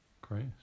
Great